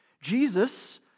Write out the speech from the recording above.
Jesus